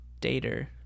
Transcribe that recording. dater